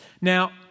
Now